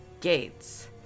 Gates